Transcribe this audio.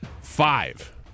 Five